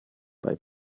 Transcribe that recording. bei